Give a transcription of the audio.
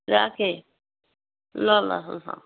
राखेँ ल ल अँ